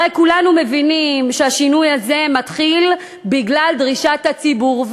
הרי כולנו מבינים שהשינוי הזה מתחיל בגלל דרישת הציבור.